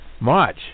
March